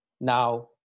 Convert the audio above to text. Now